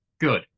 Good